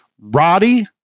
Roddy